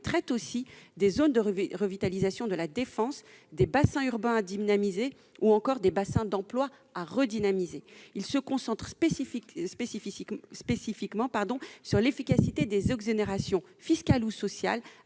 traite aussi des zones de restructuration de la défense, des « bassins urbains à dynamiser », ou encore des « bassins d'emploi à redynamiser ». Il se concentre spécifiquement sur l'efficacité des exonérations, fiscales ou sociales